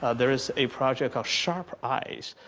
ah there is a project called sharp eyes,